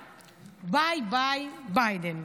ביי, ביי, ביידן".